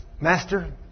Master